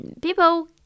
People